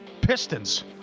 Pistons